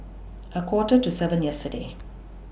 A Quarter to seven yesterday